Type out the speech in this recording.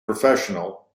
professional